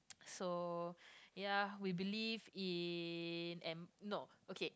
so ya we believe in and no okay